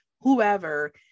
whoever